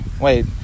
Wait